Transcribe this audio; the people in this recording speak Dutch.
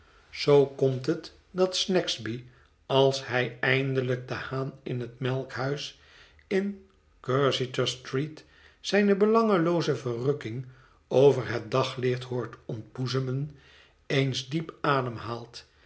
zoo komt het dat snagsby als hij eindelijk den liaan in het melkhuis in cursitor street zijne belangelooze verrukking over het daglicht hoort ontboezemen eens diep ademhaalt